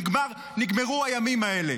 נגמרו הימים האלה.